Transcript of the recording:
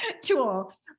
tool